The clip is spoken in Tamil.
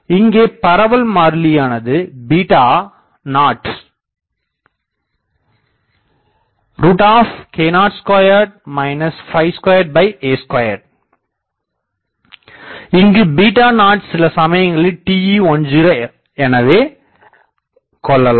இங்கே பரவல்மாறிலியானது 0k02 2a212இங்கு 0 சில சமயங்களில் TE10 எனவே கொள்ளலாம்